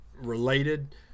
related